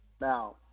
Now